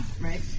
right